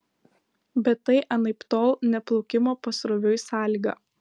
bet tai anaiptol ne plaukimo pasroviui sąlyga